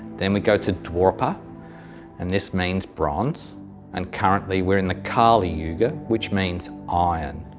then we go to dwapara and this means bronze and currently we are in the kali yuga, which means iron.